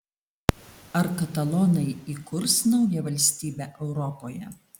ar katalonai įkurs naują valstybę europoje